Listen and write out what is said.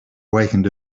awakened